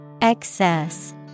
Excess